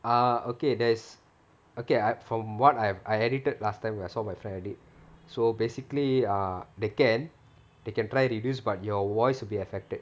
ah okay there's okay I from what I've I edited last time when I saw my friend edit so basically err they can they can try reduce but your voice will be affected